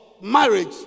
marriage